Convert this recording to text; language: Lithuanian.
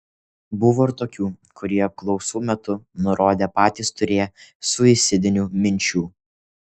buvo ir tokių kurie apklausų metu nurodė patys turėję suicidinių minčių